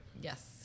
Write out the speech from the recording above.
Yes